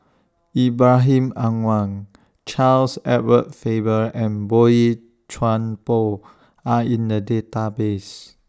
Ibrahim Awang Charles Edward Faber and Boey Chuan Poh Are in The Database